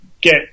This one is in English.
get